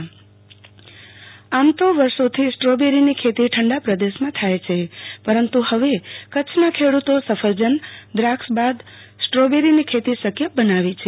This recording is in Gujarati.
આરતી ભદ્દ કચ્છ સ્ટ્રોબેરી ખેતીબાઈટ આમ તો વર્ષોથી સ્ટ્રોબેરીની ખેતી ઠંડા પ્રદેશમાં થાય છે પરંતુ હવે કચ્છના ખેડૂતો સફરજન દ્રાક્ષ બાદ હવે સ્ટ્રોબેરીની ખેતી શક્ય બનાવી છે